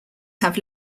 have